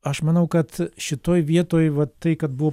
aš manau kad šitoj vietoj va tai kad buvo